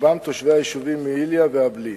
רובם תושבי היישובים מעיליא ואעבלין,